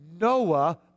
Noah